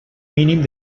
mínim